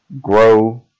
grow